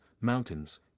mountains